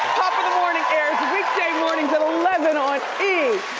pop of the morning airs weekdays morning at eleven on e!